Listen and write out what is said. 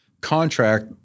Contract